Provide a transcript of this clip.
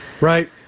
Right